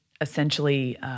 essentially